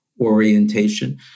orientation